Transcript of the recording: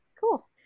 cool